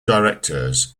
directors